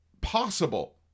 possible